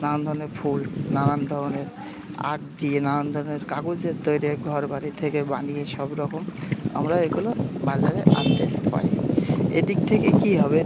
নানান ধরনের ফুল নানান ধরনের আর্ট দিয়ে নানান ধরনের কাগজের তৈরি ওই ঘর বাড়ি থেকে বানিয়ে সব রকম আমরা এগুলো বাজারে আনতে পারি এদিক থেকে কী হবে